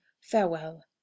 Farewell